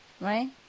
right